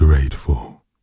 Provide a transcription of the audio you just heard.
Grateful